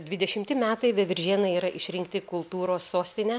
dvidešimti metai veiviržėnai yra išrinkti kultūros sostine